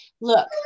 Look